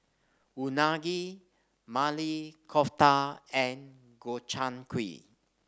Unagi Maili Kofta and Gobchang Gui